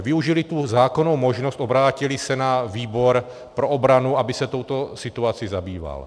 Využili tu zákonnou možnost, obrátili se na výbor pro obranu, aby se touto situací zabýval.